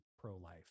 pro-life